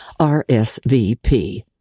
RSVP